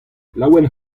laouen